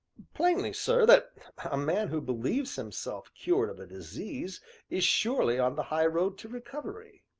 plainly, sir, that a man who believes himself cured of a disease is surely on the high road to recovery.